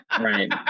Right